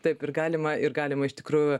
taip ir galima ir galima iš tikrųjų